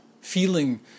feeling